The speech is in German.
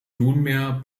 nunmehr